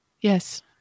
Yes